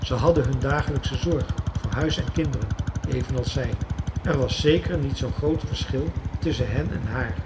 ze hadden hun dagelijksche zorg voor huis en kinderen evenals zij er was zeker niet zoo'n groot verschil tusschen hen en haar